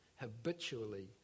habitually